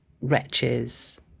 wretches